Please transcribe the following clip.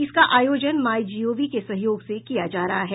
इसका आयोजन My Gov के सहयोग से किया जा रहा है